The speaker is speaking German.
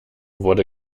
wurde